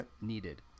needed